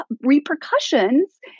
repercussions